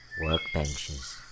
Workbenches